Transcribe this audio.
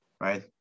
Right